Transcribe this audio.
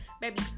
baby